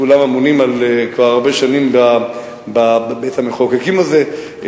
כולם אמונים כבר הרבה שנים בבית-המחוקקים הזה,